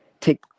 take